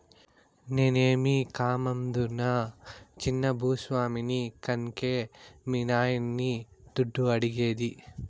నేనేమీ కామందునా చిన్న భూ స్వామిని కన్కే మీ నాయన్ని దుడ్డు అడిగేది